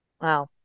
Wow